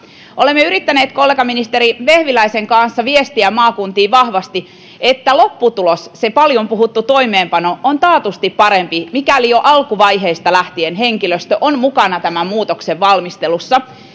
olemme yrittäneet kollegaministeri vehviläisen kanssa viestiä maakuntiin vahvasti että lopputulos se paljon puhuttu toimeenpano on taatusti parempi mikäli jo alkuvaiheista lähtien henkilöstö on mukana tämän muutoksen valmistelussa